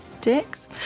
dicks